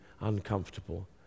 uncomfortable